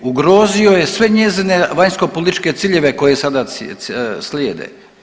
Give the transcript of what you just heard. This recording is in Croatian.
Ugrozio je sve njezine vanjsko političke ciljeve koje sada slijede.